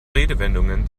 redewendungen